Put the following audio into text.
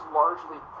largely